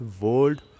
world